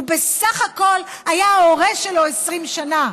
הוא בסך הכול היה ההורה שלו 20 שנה,